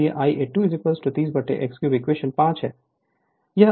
इसलिए Ia2 30 x3 equation 5 है